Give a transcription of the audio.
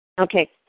Okay